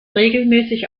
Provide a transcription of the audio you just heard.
regelmäßig